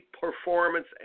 performance